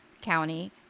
County